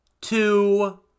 two